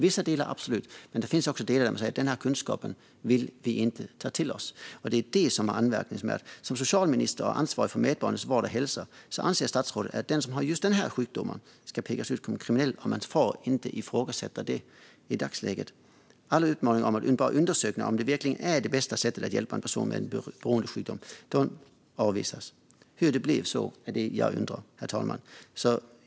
Vissa delar tittar man absolut på, men det finns också delar där man säger att man inte vill ta till sig kunskapen. Det är det som är anmärkningsvärt. Som socialminister och ansvarig för medborgarnas vård och hälsa anser statsrådet att den som har just den här sjukdomen ska pekas ut som kriminell, och vi får i dagsläget inte ifrågasätta det. Alla uppmaningar om att undersöka om det verkligen är det bästa sättet att hjälpa en person med beroendesjukdom avvisas. Det jag undrar är hur det blev så, herr talman.